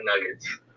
Nuggets